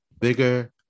bigger